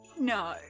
No